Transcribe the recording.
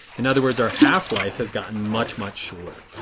in other words our half-life has gotten much much shorter.